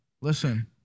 listen